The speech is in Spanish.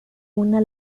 una